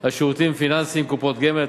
על שירותים פיננסיים (קופות גמל),